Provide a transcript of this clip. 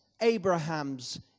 Abraham's